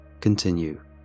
continue